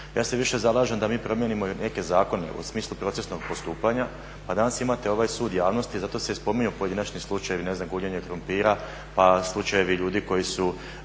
Ja se više zalažem da mi promijenimo neke zakone u smislu procesnog postupanja, pa danas imate ovaj sud javnosti. Zato se i spominju pojedinačni slučajevi, ne znam guljenje krumpira, pa slučajevi ljudi koji su